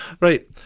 Right